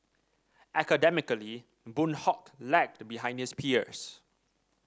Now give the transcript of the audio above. academically Boon Hock lagged behind his peers